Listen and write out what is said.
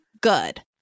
good